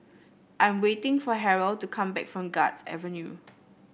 I'm waiting for Harrell to come back from Guards Avenue